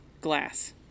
glass